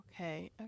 Okay